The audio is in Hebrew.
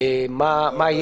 ואני לא יודע על סמך מה,